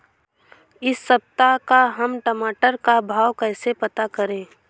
इस सप्ताह का हम टमाटर का भाव कैसे पता करें?